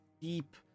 deep